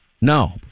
No